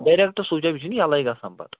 direct switch off یہِ چھِنہٕ یَلَے گژھان پتہٕ